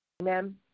Amen